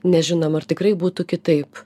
nežinom ar tikrai būtų kitaip